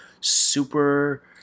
super